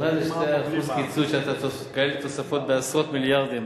מה זה 2% קיצוץ כשהתוספות בעשרות מיליארדים?